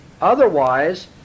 Otherwise